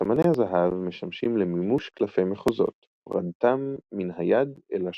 סמני הזהב משמשים למימוש קלפי מחוזות - הורדתם מן היד אל השולחן.